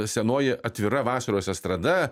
senoji atvira vasaros estrada